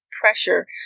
pressure